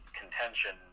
contention